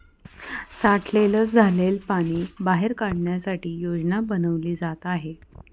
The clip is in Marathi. साठलेलं झालेल पाणी बाहेर काढण्यासाठी योजना बनवली जात आहे